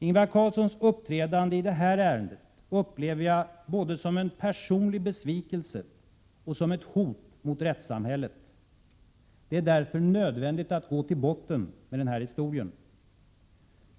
Ingvar Carlssons uppträdande i detta ärende upplever jag både som en personlig besvikelse och som ett hot mot rättssamhället. Det är därför nödvändigt att gå till botten med den här historien.